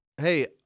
Hey